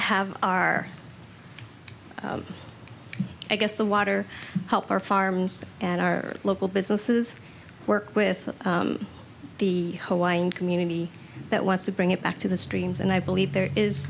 have our i guess the water help our farms and our local businesses work with the hawaiian community that wants to bring it back to the streams and i believe there is